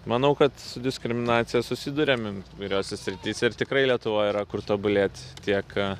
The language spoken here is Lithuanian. manau kad su diskriminacija susiduriame įvairiose srityse ir tikrai lietuvoj yra kur tobulėt tiek